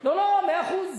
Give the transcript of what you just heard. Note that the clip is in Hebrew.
לא, לא, מאה אחוז.